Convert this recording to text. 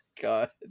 god